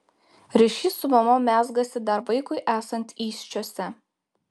ryšys su mama mezgasi dar vaisiui esant įsčiose